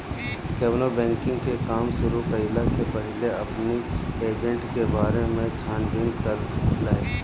केवनो बैंकिंग के काम शुरू कईला से पहिले अपनी एजेंट के बारे में छानबीन कर लअ